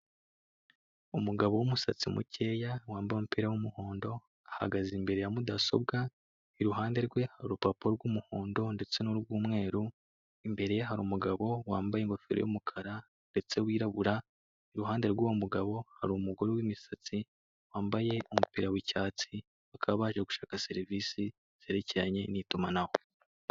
Umugabo w'umusatsi mukeya wambaye umupira w'umuhondo ahagaze imbere ya mudasobwa, iruhande rwe hari urupapuro rw'umuhondo ndetse nurw'umweru. Imbere ye hari umugabo wambaye ingofero y'umukara ndetse wirabura, iruhande rw'uwo mugabo hari umugore w'imisatsi wambaye umupira w'icyatsi, bakaba baje gushaka serivise z'itumanaho.